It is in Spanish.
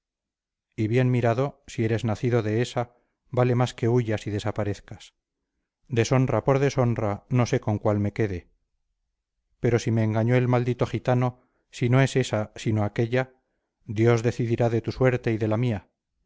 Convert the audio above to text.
y bien mirado si eres nacido de esa vale más que huyas y desaparezcas deshonra por deshonra no sé con cuál me quede pero si me engañó el maldito gitano si no es esa sino aquella dios decidirá de tu suerte y de la mía